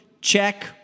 check